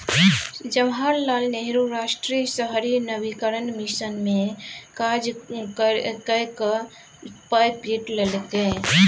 जवाहर लाल नेहरू राष्ट्रीय शहरी नवीकरण मिशन मे काज कए कए पाय पीट लेलकै